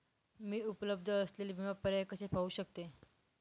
मी उपलब्ध असलेले विमा पर्याय कसे पाहू शकते?